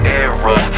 era